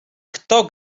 kto